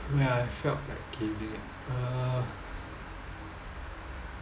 when I felt like giving up uh